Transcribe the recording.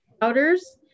powders